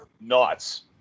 nuts